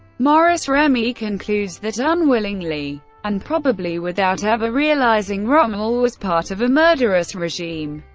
maurice remy concludes that, unwillingly and probably without ever realising, rommel was part of a murderous regime,